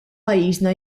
pajjiżna